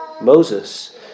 Moses